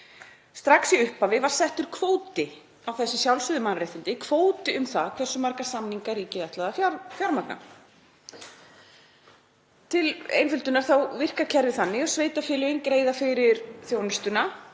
Strax í upphafi var settur kvóti á þessi sjálfsögðu mannréttindi, kvóti á það hversu marga samninga ríkið ætlaði að fjármagna. Til einföldunar þá virkar kerfið þannig að sveitarfélögin greiða fyrir þjónustuna,